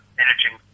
managing